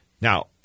Now